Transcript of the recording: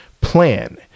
plan